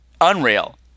unreal